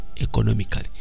economically